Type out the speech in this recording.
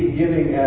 giving